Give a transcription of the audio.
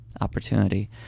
opportunity